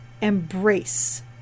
embrace